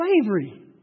slavery